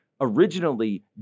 originally